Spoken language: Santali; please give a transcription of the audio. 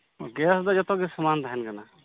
ᱜᱮᱥ ᱫᱚ ᱡᱚᱛᱚ ᱜᱮ ᱥᱚᱢᱟᱱ ᱛᱟᱦᱮᱱ ᱠᱟᱱᱟ